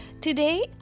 today